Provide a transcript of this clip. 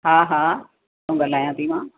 हा हा ॻाल्हायां थी मां